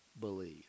believe